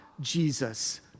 Jesus